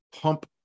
pump